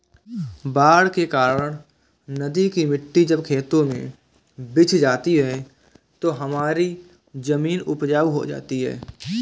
बाढ़ के कारण नदी की मिट्टी जब खेतों में बिछ जाती है तो हमारी जमीन उपजाऊ हो जाती है